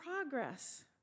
progress